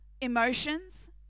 emotions